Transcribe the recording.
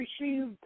received